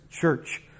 church